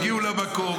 הגיעו למקום,